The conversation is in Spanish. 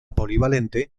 polivalente